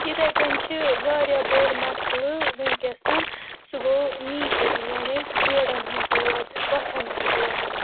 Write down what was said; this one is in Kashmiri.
یِتھے کٔنۍ چھِ واریاہ بوٚڑ مَسلہٕ وٕنکیٚسَن سُہ گوٚو نی پین یعنی جوڈَن ہُنٛد دود کۄٹھٮ۪ن ہُنٛد دود